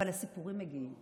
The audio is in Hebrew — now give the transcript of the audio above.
אבל הסיפורים מגיעים.